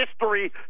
history